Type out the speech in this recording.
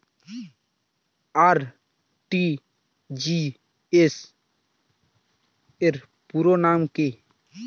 RTGS র পুরো নাম কি?